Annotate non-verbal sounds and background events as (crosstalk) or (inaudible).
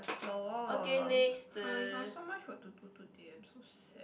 (noise) I got so much work to do today I'm so sad